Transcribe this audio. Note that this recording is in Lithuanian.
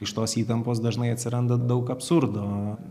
iš tos įtampos dažnai atsiranda daug absurdo